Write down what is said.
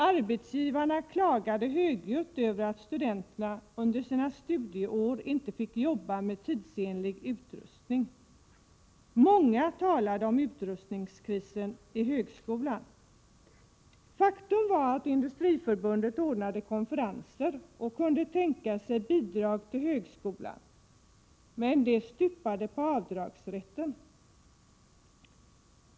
Arbetsgivarna klagade högljutt över att studenterna under sina studieår inte fick jobba med tidsenlig utrustning. Man talade om utrustningskrisen vid högskolan. Faktum var att Industriförbundet ordnade konferenser och kunde tänka sig bidrag till högskolan, men det stupade på avdragsrätten.